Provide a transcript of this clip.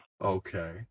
Okay